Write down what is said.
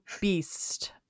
beast